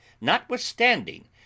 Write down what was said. notwithstanding